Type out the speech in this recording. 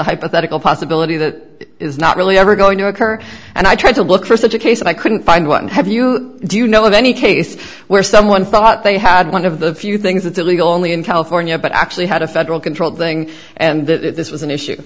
hypothetical possibility that is not really ever going to occur and i tried to look for such a case and i couldn't find one have you do you know of any case where someone thought they had one of the few things that illegal only in california but actually had a federal controlled thing and this was an issue